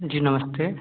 जी नमस्ते